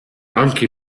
anche